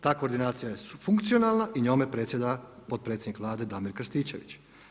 Ta koordinacija je funkcionalna i njome predsjeda potpredsjednik Vlade Damir Krstičević.